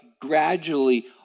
gradually